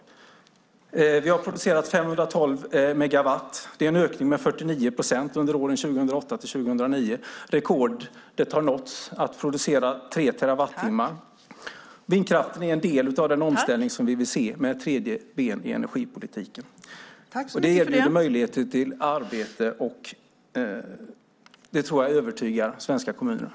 Vi har producerat 512 megawatt. Det är en ökning med 49 procent under åren 2008-2009. Rekordet - en produktion av 3 terawattimmar - har nåtts. Vindkraften är en del av den omställning som vi vill se med ett tredje ben i energipolitiken. Det ger möjligheter till arbete. Detta tror jag övertygar de svenska kommunerna.